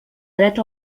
dret